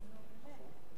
נו באמת.